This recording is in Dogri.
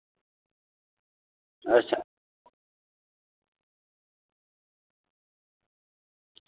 अच्छा